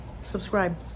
subscribe